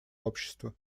общество